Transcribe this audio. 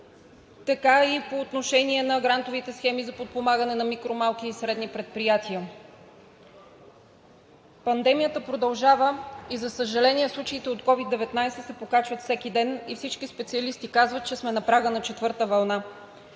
така и по отношение на грантовите схеми за подпомагане на микро-, малки и средни предприятия. Пандемията продължава – за съжаление, случаите от COVID 19 се покачват всеки ден, и всички специалисти казват, че сме на прага на четвърта вълна.